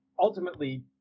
Ultimately